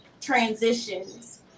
transitions